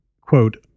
quote